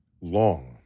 long